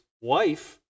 wife